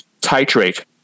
titrate